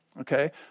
Okay